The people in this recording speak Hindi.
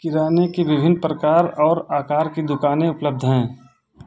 किराने की विभिन्न प्रकार और आकार की दुकानें उपलब्ध हैं